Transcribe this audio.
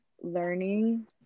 learning